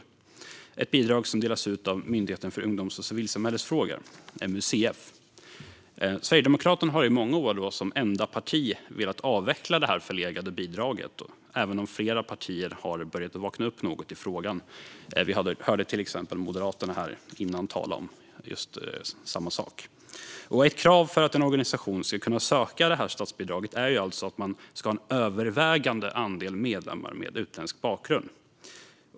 Det är ett bidrag som delas ut av Myndigheten för ungdoms och civilsamhällesfrågor, MUCF. Sverigedemokraterna har i många år som enda parti velat avveckla detta förlegade bidrag, även om flera partier nu har börjat vakna upp något i frågan. Vi hörde just till exempel Moderaterna tidigare tala om samma sak. Ett krav för att en organisation ska kunna söka detta statsbidrag är att man har en övervägande andel medlemmar med utländsk bakgrund.